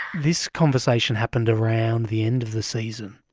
this conversation happened around the end of the season.